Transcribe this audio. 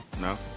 No